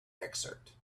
excerpt